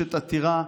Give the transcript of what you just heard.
כשמוגשת עתירה.